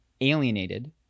alienated